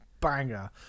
banger